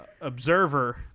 observer